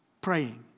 praying